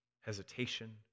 hesitation